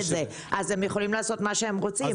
אז הם יכולים לעשות מה שהם רוצים.